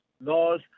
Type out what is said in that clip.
laws